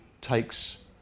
takes